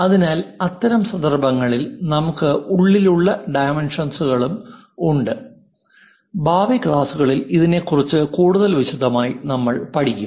അതിനാൽ അത്തരം സന്ദർഭങ്ങളിൽ നമുക്ക് ഉള്ളിലുള്ള ഡൈമെൻഷൻസ്കളും ഉണ്ട് ഭാവി ക്ലാസുകളിൽ ഇതിനെക്കുറിച്ച് കൂടുതൽ വിശദമായി നമ്മൾ പഠിക്കും